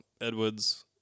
Edwards